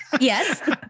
Yes